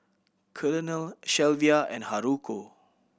Colonel Shelvia and Haruko